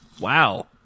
Wow